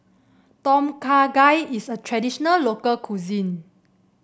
Tom Kha Gai is a traditional local cuisine